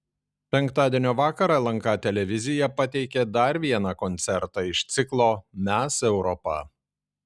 penktadienio vakarą lnk televizija pateikė dar vieną koncertą iš ciklo mes europa